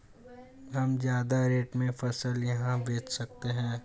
हम ज्यादा रेट में फसल कहाँ बेच सकते हैं?